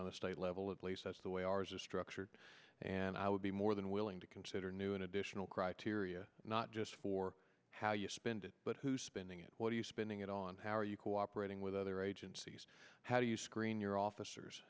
on the state level at least that's the way ours are structured and i would be more than willing to consider new and additional criteria not just for how you spend it but who's spending it what are you spending it on how are you cooperating with other agencies how do you screen your officers